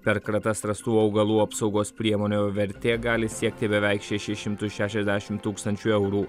per kratas rastų augalų apsaugos priemonių vertė gali siekti beveik šešis šimtus šešiasdešimt tūkstančių eurų